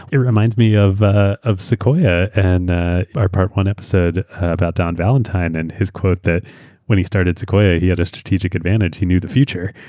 it reminds me of ah of sequoia and our part one episode about don valentine. and his quote that when he started sequoia, he had a strategic advantage. he knew the future.